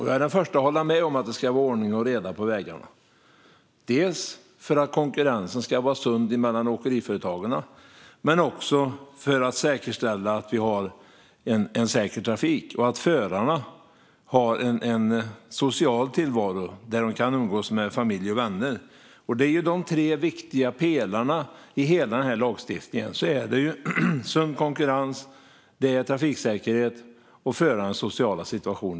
Jag är den första att hålla med om att det ska vara ordning och reda på vägarna, bland annat för att konkurrensen ska vara sund mellan åkeriföretagen men också för att säkerställa att vi har en säker trafik och att förarna har en social tillvaro där de kan umgås med familj och vänner. Det är de tre viktiga pelarna i den här lagstiftningen: sund konkurrens, trafiksäkerhet och förarens sociala situation.